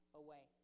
away